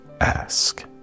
ask